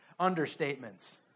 understatements